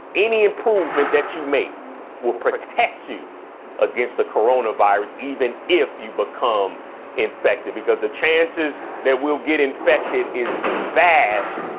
any improvement that you make will protect you against the corona virus even if you become infected because the chances that will get infected is vast,